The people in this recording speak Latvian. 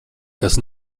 kas